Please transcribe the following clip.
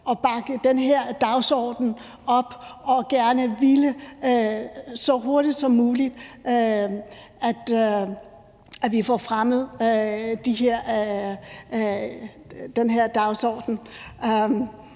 og bakke den her dagsorden op og gerne vil have, at vi så hurtigt som muligt får fremmet den her dagsorden.